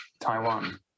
Taiwan